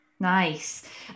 Nice